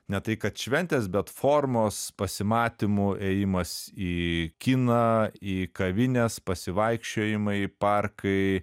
ne tai kad šventės bet formos pasimatymų ėjimas į kiną į kavines pasivaikščiojimai parkai